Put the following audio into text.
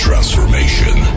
Transformation